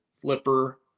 flipper